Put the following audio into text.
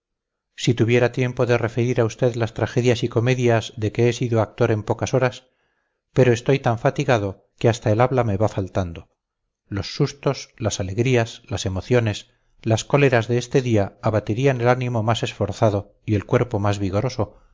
si tuviera tiempo de referir a usted las tragedias y comedias de que he sido actor en pocas horas pero estoy tan fatigado que hasta el habla me va faltando los sustos las alegrías las emociones las cóleras de este día abatirían el ánimo más esforzado y el cuerpo más vigoroso